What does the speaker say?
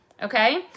Okay